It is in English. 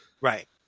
Right